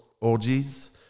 orgies